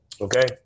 Okay